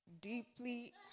deeply